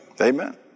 amen